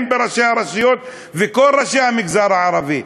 הן מראשי הרשויות וכל ראשי המגזר הערבי.